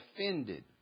offended